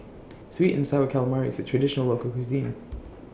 Sweet and Sour Calamari IS A Traditional Local Cuisine